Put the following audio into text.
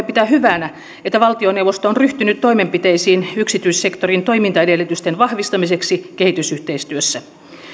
pitää hyvänä että valtioneuvosto on ryhtynyt toimenpiteisiin yksityissektorin toimintaedellytysten vahvistamiseksi kehitysyhteistyössä